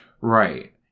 Right